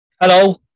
Hello